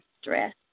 stress